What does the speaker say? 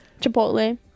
chipotle